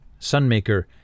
Sunmaker